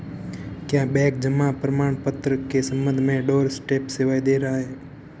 क्या बैंक जमा प्रमाण पत्र के संबंध में डोरस्टेप सेवाएं दे रहा है?